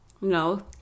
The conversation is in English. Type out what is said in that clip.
no